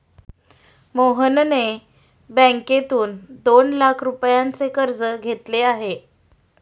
मोहनने बँकेतून दोन लाख रुपयांचे कर्ज घेतले आहे